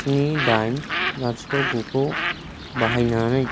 स्नि दाइन लाथिख' गुखौ बाहायनानै